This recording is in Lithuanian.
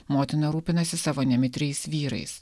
motina rūpinasi savo nemitriais vyrais